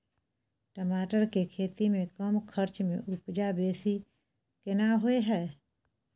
टमाटर के खेती में कम खर्च में उपजा बेसी केना होय है?